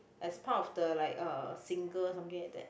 as part of the like uh singer something like that